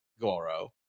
Goro